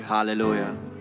Hallelujah